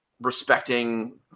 respecting